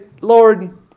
Lord